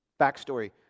Backstory